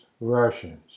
Russians